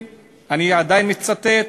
אני עדיין מצטט: